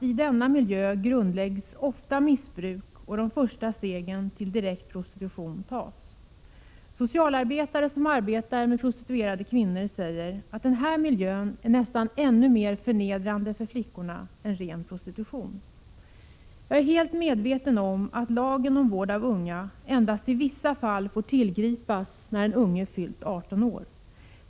I denna miljö grundläggs ofta missbruk och där tas de första stegen till direkt prostitution — det är uppenbart. Socialarbetare som arbetar med prostituerade kvinnor säger att den här miljön är nästan ännu mer förnedrande för flickorna än ren prostitution. Jag är helt medveten om att lagen om vård av unga endast i vissa fall får tillgripas när de unga fyllt 18 år.